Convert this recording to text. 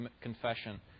confession